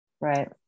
right